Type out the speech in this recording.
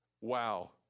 Wow